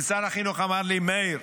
ושר החינוך אמר לי: מאיר,